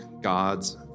God's